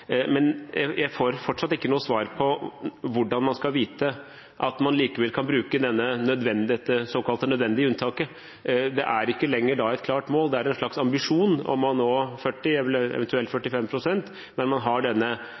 men jeg får fortsatt ikke noe svar på hvordan man skal vite at man likevel kan bruke dette såkalte nødvendige unntaket. Det er da ikke lenger et klart mål. Det er en slags ambisjon om å nå 40 pst., eventuelt 45 pst., men man har denne